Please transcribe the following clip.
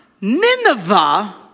Nineveh